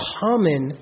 common